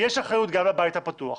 יש אחריות גם על הבית הפתוח,